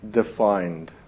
defined